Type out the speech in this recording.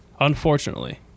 Unfortunately